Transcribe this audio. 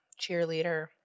cheerleader